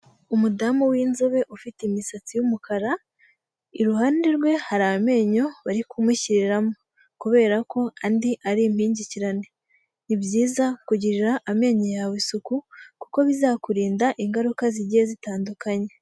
Umudamu w'inzobe ufite imisatsi y'umukara iruhande rwe hari amenyo bari kumushyiriramo kubera ko andi ari impingikirane ni byiza kugirira amenyo yawe isuku kuko bizakurinda ingaruka zigiye zitandukanye.